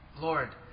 Lord